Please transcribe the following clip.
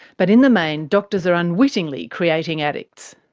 but in the main, doctors are unwittingly creating addicts.